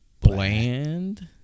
bland